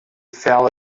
fell